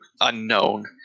unknown